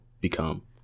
become